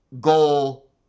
goal